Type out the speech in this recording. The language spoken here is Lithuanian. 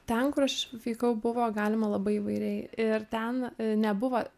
ten kur aš vykau buvo galima labai įvairiai ir ten nebuvo